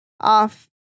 Off